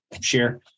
share